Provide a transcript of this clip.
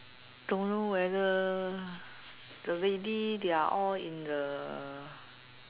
don't know whether the lady they are all in the